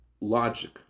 logic